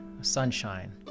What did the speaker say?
sunshine